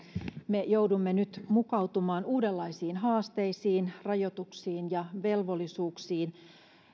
joutuu nyt mukautumaan uudenlaisiin haasteisiin rajoituksiin ja velvollisuuksiin